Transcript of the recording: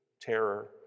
terror